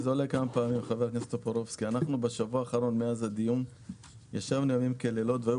אנחנו בשבוע האחרון מאז הדיון ישבנו ימים כלילות והיו